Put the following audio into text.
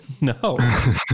No